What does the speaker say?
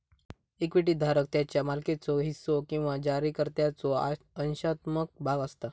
equity धारक त्याच्यो मालकीचो हिस्सो किंवा जारीकर्त्याचो अंशात्मक भाग असता